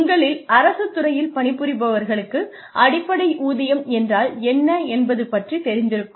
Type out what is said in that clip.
உங்களில் அரசுத் துறையில் பணிபுரிபவர்களுக்கு அடிப்படை ஊதியம் என்றால் என்ன என்பது பற்றித் தெரிந்திருக்கும்